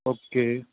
okay